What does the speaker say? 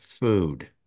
food